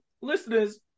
listeners